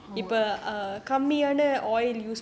ஆமா:aama